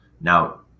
now